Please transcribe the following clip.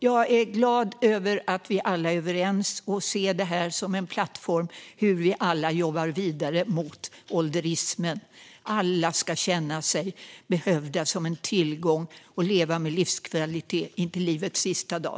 Jag är glad över att vi alla är överens och ser detta som en plattform från vilken vi alla kan jobba vidare mot ålderismen. Alla ska känna sig behövda, som en tillgång, och leva med livskvalitet intill livets sista dag.